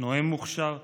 נואם מוכשר,